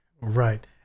Right